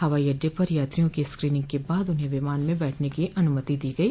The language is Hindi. हवाई अड्डे पर यात्रियों की स्क्रीनिंग के बाद उन्हें विमान में बैठने की अनुमति दी गई